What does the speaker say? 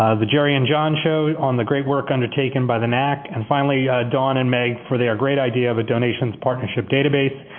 ah the jerry and john show on the great work undertaken by the snac. and finally, dawn and meg for their great idea of a donations partnership database,